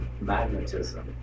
magnetism